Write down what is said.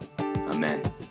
Amen